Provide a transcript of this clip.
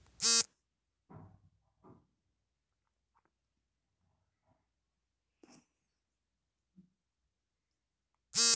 ಇತ್ತೀಚೆಗೆ ನಗರ ಭಾಗಗಳಲ್ಲಿಯೂ ಹಸು ಸಾಕಾಣೆ ಕುರಿ ಕೋಳಿ ಸಾಕಣೆಗೆ ಜನರು ಹೆಚ್ಚಿನ ಆಸಕ್ತಿ ತೋರುತ್ತಿದ್ದಾರೆ